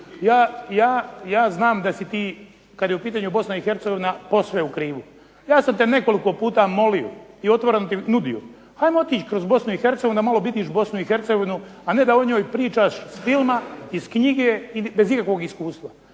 ja znam da si ti, kad je u pitanju BiH, posve u krivu. Ja sam te nekoliko puta molio i otvoreno ti nudio hajmo otići kroz BiH da malo vidiš BiH, a ne da o njoj pričaš s filma, iz knjige i bez ikakvog iskustva.